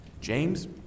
James